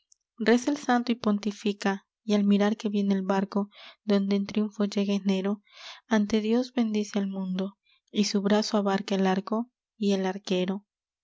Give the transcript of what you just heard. reza el santo y pontifica y al mirar que viene el barco donde en triunfo llega enero ante dios bendice al mundo y su brazo abarca el arco y el arquero